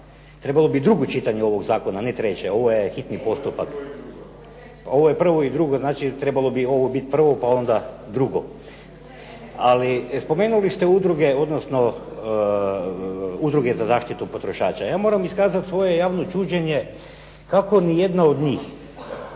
Trebalo bi drugo čitanje ovog zakona a ne treće, ovo je hitni postupak. Ovo je prvo i drugo, znači trebalo bi ovo biti prvo pa onda drugo. Ali spomenuli ste udruge odnosno udruge za zaštitu potrošača. Ja moram iskazati svoje javno čuđenje kako nijedna od njih